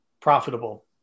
profitable